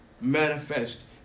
manifest